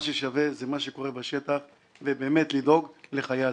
מה ששווה הוא מה שקורה בשטח ובאמת לדאוג לחיי אדם.